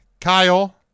Kyle